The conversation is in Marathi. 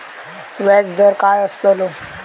व्याज दर काय आस्तलो?